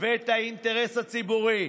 ואת האינטרס הציבורי.